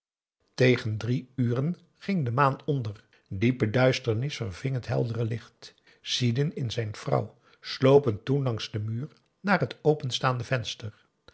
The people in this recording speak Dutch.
tegen drie uren ging de maan onder diepe duisternis verving het heldere licht sidin en zijn vrouw slopen toen p a daum de van der lindens c s onder ps maurits langs den muur naar het openstaande venster